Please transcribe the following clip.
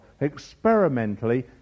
Experimentally